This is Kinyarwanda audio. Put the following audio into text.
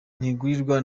ntigurirwa